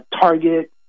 Target